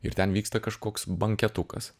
ir ten vyksta kažkoks banketukas